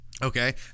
Okay